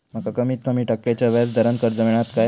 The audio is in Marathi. माका कमीत कमी टक्क्याच्या व्याज दरान कर्ज मेलात काय?